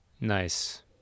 nice